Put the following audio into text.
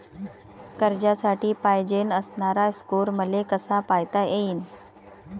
कर्जासाठी पायजेन असणारा स्कोर मले कसा पायता येईन?